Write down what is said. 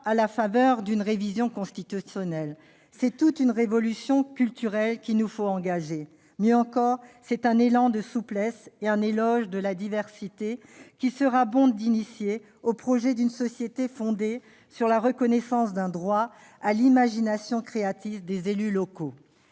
à la faveur d'une révision constitutionnelle. C'est toute une révolution culturelle qu'il nous faut lancer. Mieux encore, c'est un élan de souplesse et un éloge de la diversité qu'il sera bon d'engager en faveur d'une société fondée sur la reconnaissance d'un droit à l'imagination créatrice des élus locaux.